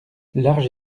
large